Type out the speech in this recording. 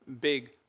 big